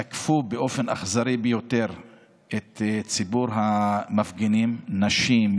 תקפה באופן אכזרי ביותר את ציבור המפגינים: נשים,